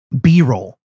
B-roll